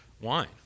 wine